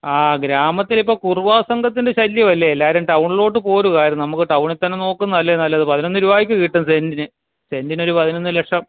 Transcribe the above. ആ ഗ്രാമത്തിലിപ്പോൾ കുറുവാ സംഘത്തിൻ്റെ ശല്യമല്ലേ എല്ലാവരും ടൗണിലോട്ടു പോരുമായിരുന്നു നമുക്ക് ടൗണിൽത്തന്നെ നോക്കുന്നതല്ലേ നല്ലത് പതിനൊന്ന് രൂപയ്ക്ക് കിട്ടും സെൻറ്റിന് സെൻറ്റിന് ഒരു പതിനൊന്ന് ലക്ഷം